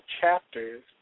chapters